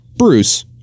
Bruce